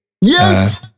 yes